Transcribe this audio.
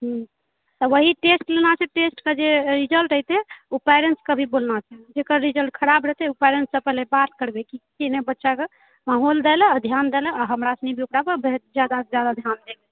हुँ तऽ ओहि टेस्ट लेना छै टेस्ट के जे रिजल्ट एतै ओ पैरेन्ट्स के भी बोलना छै जेकर रिजल्ट खराब रहतै ओ पैरेंट्स से पहिले बात करबै कि देखै छियै ने बच्चा के माहौल दै लए आ ध्यान दै लए आ हमरा सनिके ओकरा पर जादा से जादा ध्यान दै के